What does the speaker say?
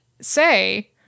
say